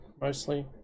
mostly